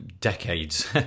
decades